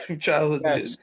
childhood